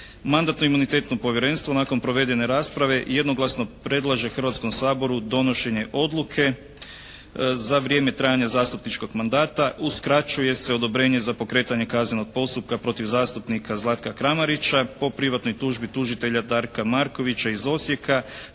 Mandatno-imunitetno povjerenstvo nakon provedene rasprave jednoglasno predlaže Hrvatskom saboru donošenje odluke za vrijeme trajanja zastupničkog mandata. Uskraćuje se odobrenje za pokretanje kaznenog postupka protiv zastupnika Zlatka Kramarića po privatnoj tužbi tužitelja Darka Markovića iz Osijeka